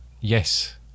Yes